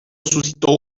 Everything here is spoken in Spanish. suscitó